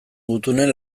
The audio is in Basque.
gutunen